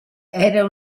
era